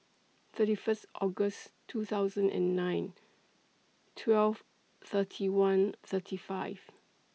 thirty First August two thousand and nine twelve thirty one thirty five